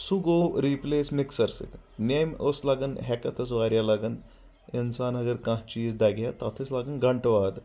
سُہ گوٚو replace mixer سۭتۍ نیمہِ ٲسۍ لگان ہیٚکتھ ٲسۍ واریاہ لگان انسان اگر کانٛہہ چیٖر دگہِ ہا تتھ ٲسۍ لگان گنٹہٕ واد